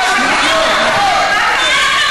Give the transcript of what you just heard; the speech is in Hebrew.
מה זה בסך הכול?